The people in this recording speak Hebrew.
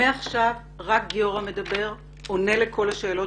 מעכשיו רק גיורא מדבר ועונה לכל השאלות